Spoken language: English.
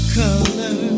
color